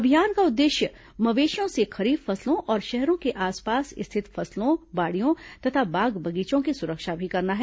अभियान का उद्देश्य मवेशियों से खरीफ फसलों और शहरों के आसपास स्थित फसलों बाड़ियों तथा बाग बगीचों की सुरक्षा करना है